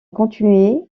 continué